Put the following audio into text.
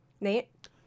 Nate